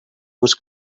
was